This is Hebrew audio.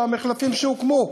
במחלפים שהוקמו.